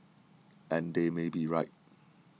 and they may be right